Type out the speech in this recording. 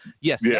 yes